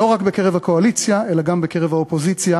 לא רק בקרב הקואליציה, אלא גם בקרב האופוזיציה,